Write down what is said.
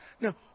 Now